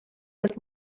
was